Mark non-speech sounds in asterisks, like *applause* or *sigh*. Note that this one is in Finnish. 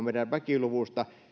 *unintelligible* meidän väkiluvustamme